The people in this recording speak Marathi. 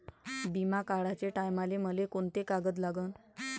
बिमा काढाचे टायमाले मले कोंते कागद लागन?